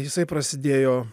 jisai prasidėjo